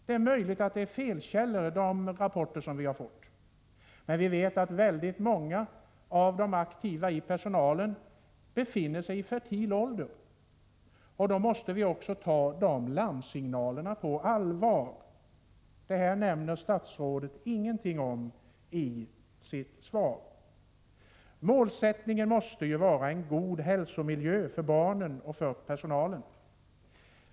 Det är möjligt att det finns felkällor i de rapporter som vi har fått, men vi vet att väldigt många av dem som hör till den aktiva personalen är i fertil ålder. Därför måste vi ta också dessa larmsignaler på allvar. Detta nämner statsrådet ingenting om i sitt svar. Målsättningen måste ju vara en god hälsomiljö för barnen och för personalen.